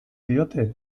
diote